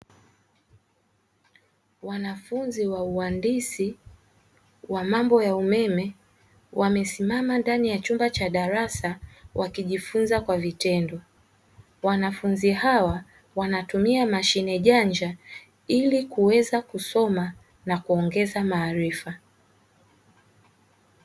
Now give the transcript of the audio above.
Wanafunzi wa uhandisi wa mambo ya umeme wamesimama ndani ya chumba cha darasa wakijifunza kwa vitendo, wanafunzi hawa wanatumia mashine janja ili kuweza kusoma na kuongeza maarifa.